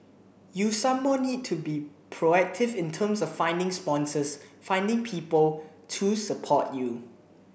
you some more need to be proactive in terms of finding sponsors finding people to support you